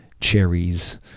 cherries